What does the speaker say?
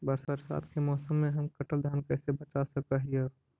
बरसात के मौसम में हम कटल धान कैसे बचा सक हिय?